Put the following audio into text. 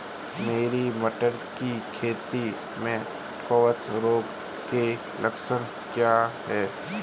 मेरी मटर की खेती में कवक रोग के लक्षण क्या हैं?